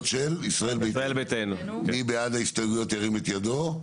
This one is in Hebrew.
של ישראל ביתנו, ירים את ידו?